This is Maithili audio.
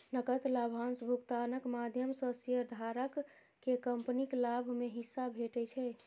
नकद लाभांश भुगतानक माध्यम सं शेयरधारक कें कंपनीक लाभ मे हिस्सा भेटै छै